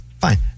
fine